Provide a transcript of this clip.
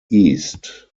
east